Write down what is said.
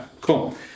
Cool